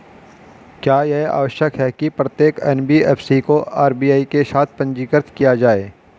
क्या यह आवश्यक है कि प्रत्येक एन.बी.एफ.सी को आर.बी.आई के साथ पंजीकृत किया जाए?